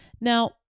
Now